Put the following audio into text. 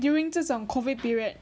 during 这种 COVID period